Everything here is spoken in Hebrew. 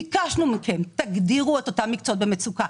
ביקשנו מכם שתגדירו את אותם מקצועות במצוקה.